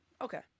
Okay